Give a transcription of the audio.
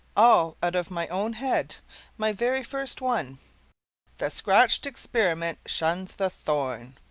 all out of my own head my very first one the scratched experiment shuns the thorn.